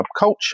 subculture